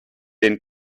den